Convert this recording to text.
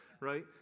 right